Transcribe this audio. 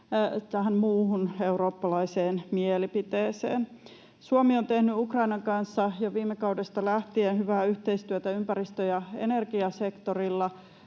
tähän muuhun eurooppalaiseen mielipiteeseen. Suomi on tehnyt Ukrainan kanssa jo viime kaudesta lähtien hyvää yhteistyötä ympäristö- ja energiasektorilla,